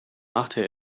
machte